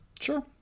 Sure